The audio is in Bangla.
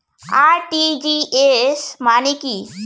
আর.টি.জি.এস মানে কি?